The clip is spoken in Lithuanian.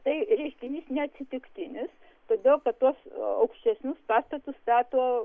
tai reiškinys neatsitiktinis todėl kad tuos aukštesnius pastatus stato